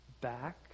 back